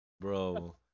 bro